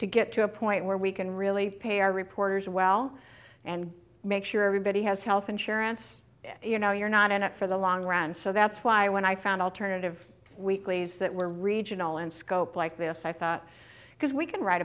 to get to a point where we can really pay our reporters well and make sure everybody has health insurance you know you're not in it for the long run so that's why when i found alternative weeklies that were regional in scope like this i thought because we can write